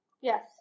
Yes